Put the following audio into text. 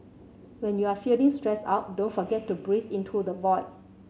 when you are feeling stressed out don't forget to breathe into the void